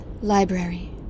library